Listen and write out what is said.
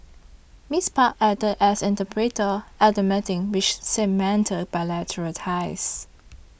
Miss Park acted as interpreter at the meeting which cemented bilateral ties